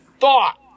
thought